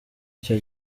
icyo